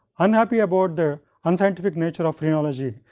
unhappy about the unscientific nature of phrenology,